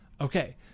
Okay